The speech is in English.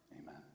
Amen